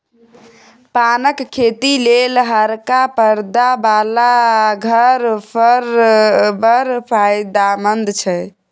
पानक खेती लेल हरका परदा बला घर बड़ फायदामंद छै